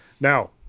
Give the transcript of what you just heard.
Now